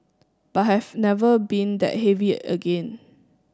but I have never been that heavy again